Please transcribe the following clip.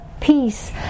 peace